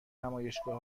نمایشگاه